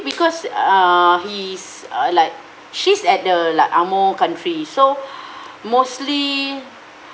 because uh he's uh like she's at the like angmo country so mostly